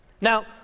Now